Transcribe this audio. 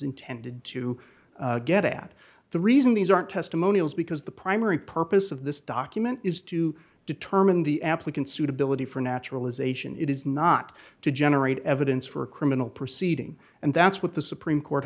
intended to get at the reason these aren't testimonials because the primary purpose of this document is to determine the applicant suitability for naturalisation it is not to generate evidence for a criminal proceeding and that's what the supreme court